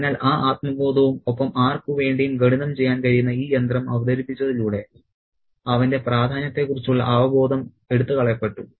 അതിനാൽ ആ ആത്മബോധവും ഒപ്പം ആർക്കുവേണ്ടിയും ഗണിതം ചെയ്യാൻ കഴിയുന്ന ഈ യന്ത്രം അവതരിപ്പിച്ചതിലൂടെ അവന്റെ പ്രാധാന്യത്തെക്കുറിച്ചുള്ള അവബോധം എടുത്തുകളയപ്പെട്ടു